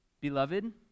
Beloved